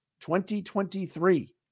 2023